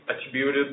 attributed